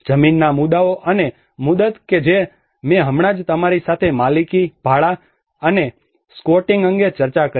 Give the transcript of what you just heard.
જમીનના મુદ્દાઓ અને મુદત કે જે મેં હમણાં જ તમારી સાથે માલિકી ભાડા અને સ્ક્વોટિંગ અંગે ચર્ચા કરી છે